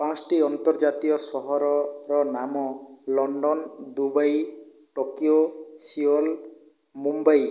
ପାଞ୍ଚ୍ଟି ଅନ୍ତର୍ଜାତୀୟ ସହରର ନାମ London Dubai Tokyo Seoul Mumbai